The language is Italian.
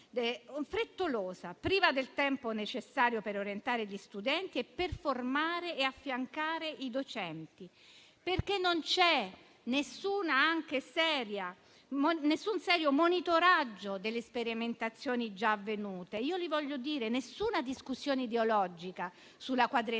frettolosa, priva del tempo necessario per orientare gli studenti e per formare e affiancare i docenti, perché non c'è nessun serio monitoraggio delle sperimentazioni già avvenute. Voglio ribadire che noi non abbiamo fatto nessuna discussione ideologica sulla quadriennalità.